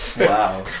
Wow